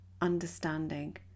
understanding